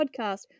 podcast